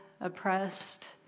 oppressed